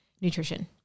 nutrition